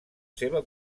seva